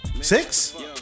six